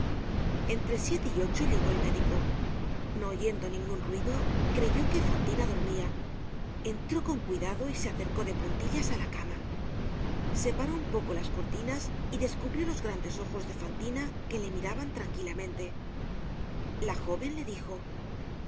entre siete y ocho llegó el médico no oyendo ningun ruido creyó que fantina dormia entró con cuidado y se acercó de puntillas á la cama separó un poco las cortinas y descubrió los grandes ojos de fantina que le miraban tranquilamente la jóven le dijo